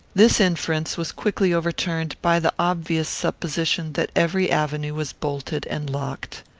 this inference was quickly overturned by the obvious supposition that every avenue was bolted and locked.